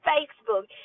Facebook